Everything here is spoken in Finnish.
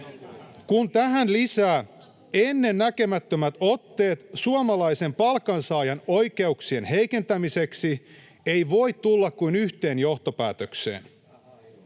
Kun tähän lisää ennennäkemättömät otteet suomalaisen palkansaajan oikeuksien heikentämiseksi, ei voi tulla kuin yhteen johtopäätökseen: